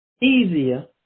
easier